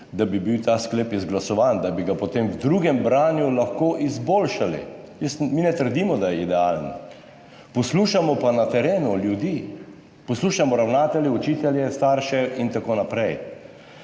da bi bil ta sklep izglasovan, da bi ga potem v drugem branju lahko izboljšali. Mi ne trdimo, da je idealen, Poslušamo pa na terenu ljudi, poslušamo ravnatelje, učitelje, starše in tako naprej.